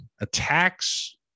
attacks